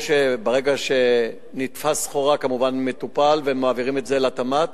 או שברגע שנתפסת סחורה זה כמובן מטופל ומעבירים את זה לתמ"ת.